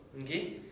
okay